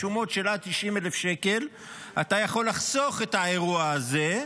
בשומות של עד 90,000 שקל אתה יכול לחסוך את האירוע הזה.